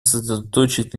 сосредоточить